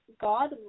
God